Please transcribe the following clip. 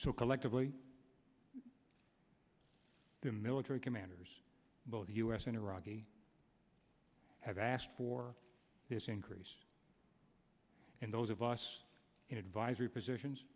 so collectively the military commanders both u s and iraqi have asked for this increase and those of us in advisory positions